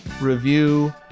review